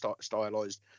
stylized